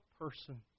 person